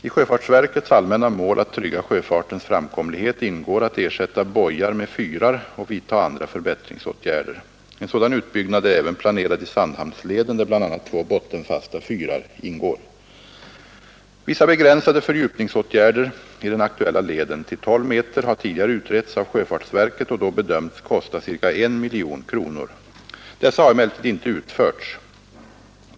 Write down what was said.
I sjöfartsverkets allmänna mål att trygga sjöfartens framkomlighet ingår att ersätta bojar med fyrar och vidta andra förbättringsåtgärder. En sådan utbyggnad är även planerad i Sandhamnsleden, där bl.a. två bottenfasta fyrar ingår. Vissa begränsade fördjupningsåtgärder i den aktuella leden — till 12 m — har tidigare utretts av sjöfartsverket och då bedömts kosta ca 1 miljon kronor. Dessa har emellertid inte utförts.